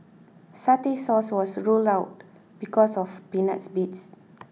satay sauce was ruled out because of peanut bits